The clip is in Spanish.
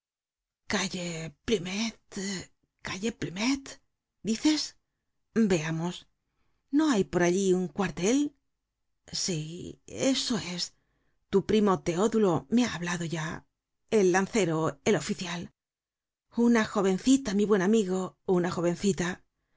calle plumet calle plumet dices veamos no hay por allí un cuartel sí eso es tu primo teodulo me ha hablado ya el lancero el oficial una jovencita mi buen amigo una jovencita